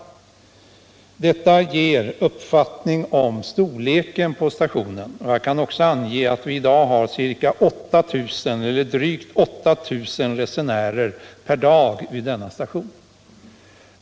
Detta ger en uppfattning om stationens storlek. Jag kan också ange att vi f. n. har drygt 8 000 resenärer per dag vid denna station.